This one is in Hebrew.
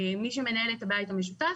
מי שמנהל את הבית המשותף,